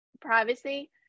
privacy